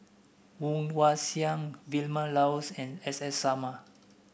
Woon Wah Siang Vilma Laus and S S Sarma